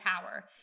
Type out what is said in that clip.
power